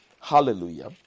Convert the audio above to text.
Hallelujah